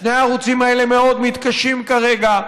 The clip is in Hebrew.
שני הערוצים האלה מאוד מתקשים כרגע.